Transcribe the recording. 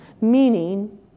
meaning